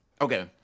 Okay